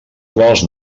quals